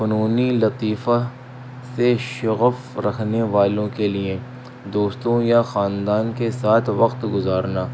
فنونی لطیفہ سے شغف رکھنے والوں کے لیے دوستوں یا خاندان کے ساتھ وقت گزارنا